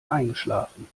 eingeschlafen